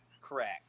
Correct